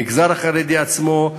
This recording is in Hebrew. המגזר החרדי עצמו,